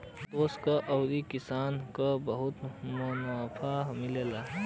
देस के आउर किसान के बहुते मुनाफा मिलला